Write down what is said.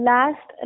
Last